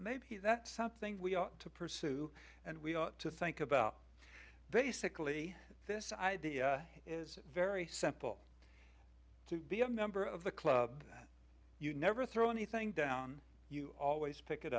maybe that's something we ought to pursue and we ought to think about basically this idea is very simple to be a member of the club that you never throw anything down you always pick it